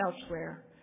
elsewhere